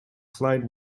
flight